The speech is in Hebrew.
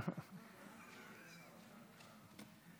אתה חייב בדיקת אנטיגן.